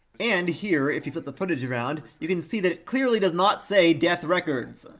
and here if you flip the footage around, you can see that it clearly does not say death records.